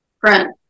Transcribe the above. front